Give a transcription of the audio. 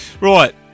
right